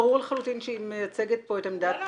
ברור לחלוטין שהיא מייצגת פה את עמדת